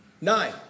Nine